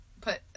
put